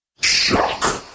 Shock